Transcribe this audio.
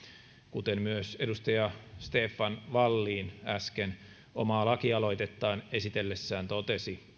kuten myös edustaja stefan wallin äsken omaa lakialoitettaan esitellessään totesi